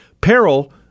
Peril